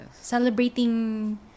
Celebrating